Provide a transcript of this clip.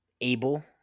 able